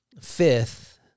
Fifth